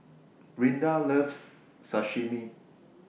Rinda loves Sashimi